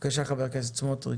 בבקשה, חבר הכנסת סמוטריץ'.